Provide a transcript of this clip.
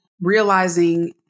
realizing